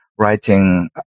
writing